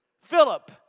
Philip